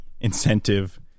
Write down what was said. incentive